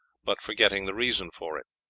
but forgetting the reason for it.